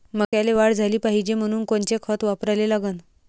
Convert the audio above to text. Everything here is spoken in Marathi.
मक्याले वाढ झाली पाहिजे म्हनून कोनचे खतं वापराले लागन?